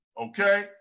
Okay